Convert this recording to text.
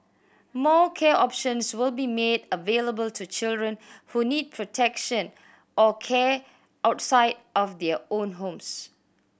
more care options will be made available to children who need protection or care outside of their own homes